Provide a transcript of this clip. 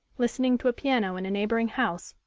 listening to a piano in a neighbouring house,